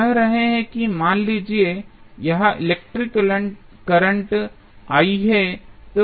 तो हम कह रहे हैं कि मान लीजिए कि यह इलेक्ट्रिकल करंट I है